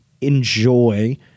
enjoy